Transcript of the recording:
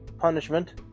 punishment